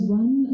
one